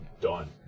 done